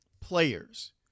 players